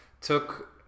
took